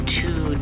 two